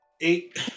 Eight